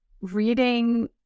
reading